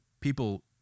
People